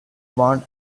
want